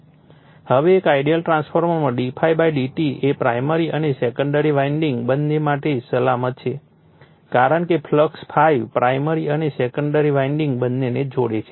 હવે એક આઇડીઅલ ટ્રાન્સફોર્મરમાં d∅ dt એ પ્રાઇમરી અને સેકન્ડરી વાઇન્ડિંગ બંને માટે સલામત છે કારણ કે ફ્લક્સ ∅ પ્રાઇમરી અને સેકન્ડરી વાઇન્ડિંગ બંનેને જોડે છે